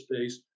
space